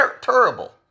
Terrible